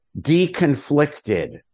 De-conflicted